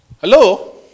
Hello